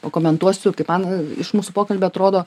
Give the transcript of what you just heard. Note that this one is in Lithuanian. pakomentuosiu kaip man iš mūsų pokalbio atrodo